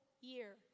year